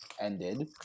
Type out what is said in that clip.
ended